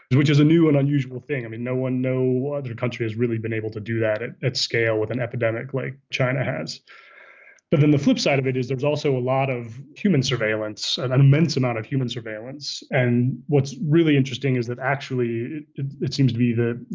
which is a new and unusual thing. i mean, no one no other country has really been able to do that at its scale with an epidemic like china has but then the flip side of it is there's also a lot of human surveillance and an immense amount of human surveillance. and what's really interesting is that actually it seems to me that,